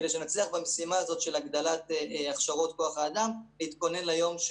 כדי שנצליח במשימה של הגדלת הכשרת כוח האדם ונתכונן ליום,